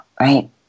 right